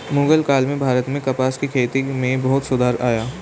मुग़ल काल में भारत में कपास की खेती में बहुत सुधार आया